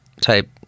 type